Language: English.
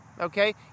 Okay